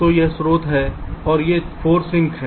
तो यह स्रोत है और ये 4 सिंक हैं